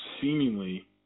seemingly